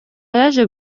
yaje